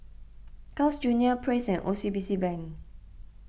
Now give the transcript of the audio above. Carl's Junior Praise and O C B C Bank